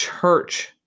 church